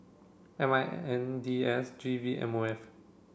M I N D S G V M O F